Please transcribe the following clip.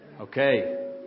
Okay